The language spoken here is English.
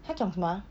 他讲什么啊